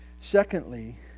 Secondly